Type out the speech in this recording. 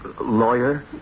lawyer